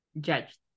judged